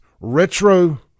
retro